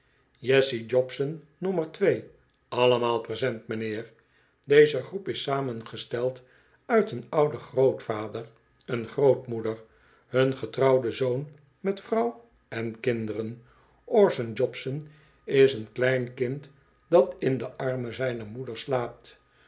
jessie jobson nommer twee allemaal present m'nheer deze groep is samengesteld uit een ouden grootvader en grootmoeder hun getrouwden zoon met vrouw en kinderen orson jobson is een klein kind dat in de armen zijner moeder slaapt